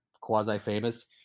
quasi-famous